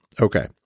Okay